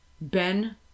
Ben